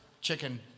chicken